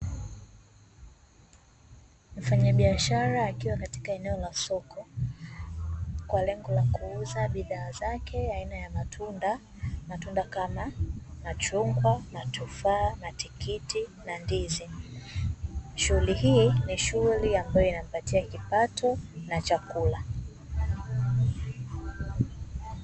Mfanyabiashara akiwa katika eneo la soko kwa lengo la kuuza bidhaa zake aina ya matunda. Matunda kama machungwa, matufaa, matikiti na ndizi. Shughuli hii ni shughuli ambayo inampatia kipato na chakula.